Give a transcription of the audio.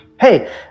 Hey